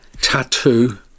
tattoo